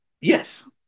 Yes